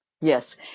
Yes